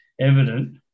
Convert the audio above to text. evident